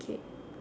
okay